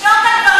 ששש, ששש.